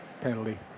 penalty